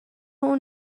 اون